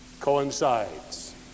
coincides